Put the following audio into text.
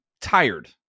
tired